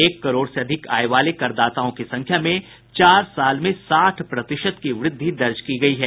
एक करोड़ से अधिक आय वाले करदाताओं की संख्या में चार साल में साठ प्रतिशत की वृद्धि दर्ज की गयी है